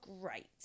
great